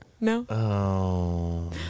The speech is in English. No